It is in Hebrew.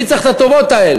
מי צריך את הטובות האלה?